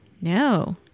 No